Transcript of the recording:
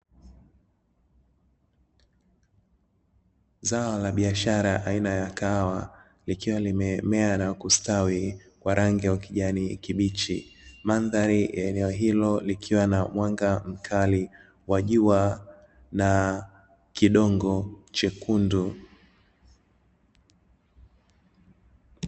Zao la biashara aina ya kahawa likiwa limemea na kustawi kwa rangi ya ukijani kibichi. Mandhari ya eneo hilo likiwa na mwanga mkali wa jua na kidongo chekundu.